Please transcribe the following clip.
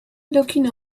looking